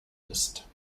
ist